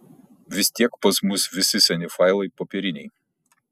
vis tiek pas mus visi seni failai popieriniai